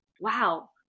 wow